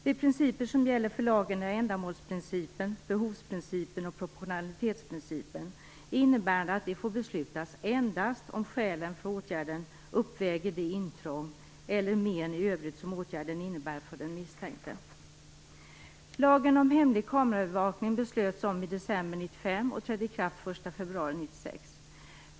De principer som gäller för lagen är ändamålsprincipen, behovsprincipen och proportionalitetsprincipen, som innebär att en åtgärd får tillgripas endast om skälen för åtgärden uppväger det intrång eller de men i övrigt som åtgärden innebär för den misstänkte. 1996.